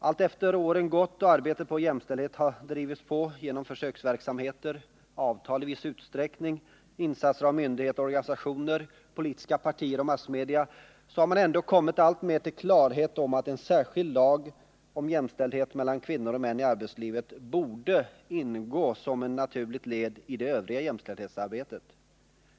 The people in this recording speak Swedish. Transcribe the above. Allteftersom åren gått och arbetet på jämställdhet har drivits på genom försöksverksamheter, avtal i viss utsträckning, insatser av myndigheter och organisationer, politiska partier och massmedia har man ändå kommit alltmer till klarhet om att en särskild lag om jämställdhet mellan kvinnor och män i arbetslivet borde ingå som ett naturligt led i det övriga jämställdhetsarbetet.